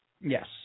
Yes